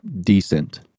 decent